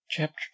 chapter